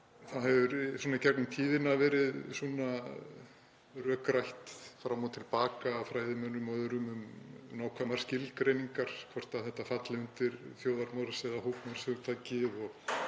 Það hefur í gegnum tíðina verið rökrætt fram og til baka af fræðimönnum og öðrum um nákvæmar skilgreiningar, hvort þetta falli undir þjóðarmorðs- eða hópmorðshugtakið